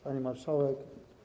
Pani Marszałek!